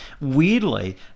weirdly